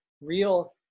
real